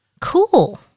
Cool